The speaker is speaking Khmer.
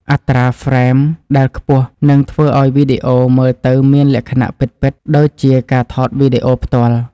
អត្រាហ្វ្រេមដែលខ្ពស់នឹងធ្វើឱ្យវីដេអូមើលទៅមានលក្ខណៈពិតៗដូចជាការថតវីដេអូផ្ទាល់។